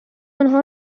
آنها